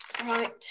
right